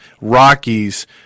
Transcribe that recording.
rockies